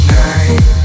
night